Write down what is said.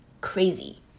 crazy